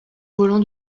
volant